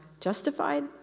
justified